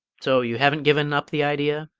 so you haven't given up the idea?